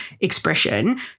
expression